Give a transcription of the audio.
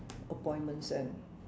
appointments and